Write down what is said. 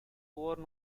worn